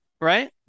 right